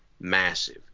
massive